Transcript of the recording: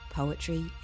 poetry